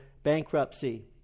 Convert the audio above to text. Bankruptcy